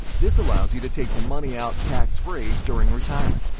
this allows you to take the money out tax free during retirement.